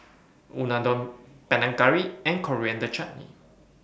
Unadon Panang Curry and Coriander Chutney